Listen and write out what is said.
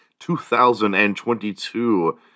2022